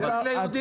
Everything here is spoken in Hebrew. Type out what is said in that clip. זה רק ליהודים.